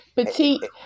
Petite